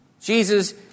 Jesus